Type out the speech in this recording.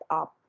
up